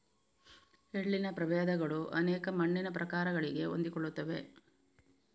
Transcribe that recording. ಎಳ್ಳಿನ ಪ್ರಭೇದಗಳು ಅನೇಕ ಮಣ್ಣಿನ ಪ್ರಕಾರಗಳಿಗೆ ಹೊಂದಿಕೊಳ್ಳುತ್ತವೆ